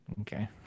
okay